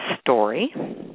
story